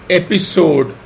episode